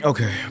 Okay